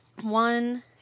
One